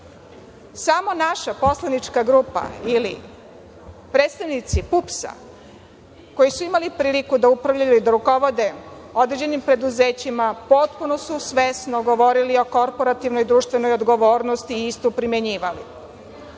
Samo naša poslanička grupa ili predstavnici PUPS koji su imali priliku da upravljaju ili rukovode određenim preduzećima potpuno su svesno govorili o korporativnoj društvenoj odgovornosti i istu primenjivali.